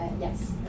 Yes